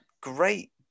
great